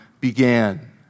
began